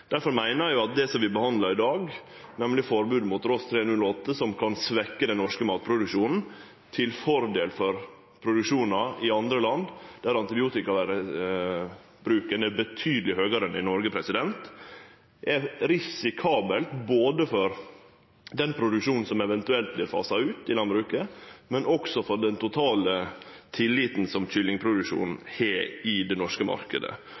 meiner eg at det vi behandlar i dag, nemleg forbodet mot Ross 308 – som kan svekkje den norske matproduksjonen til fordel for produksjon i andre land der antibiotikabruken er betydeleg høgare enn i Noreg – er risikabelt både for den produksjonen som eventuelt vert fasa ut i landbruket, og også for den totale tilliten som kyllingproduksjonen har i den norske